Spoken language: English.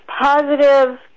positive